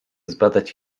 zbadać